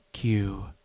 you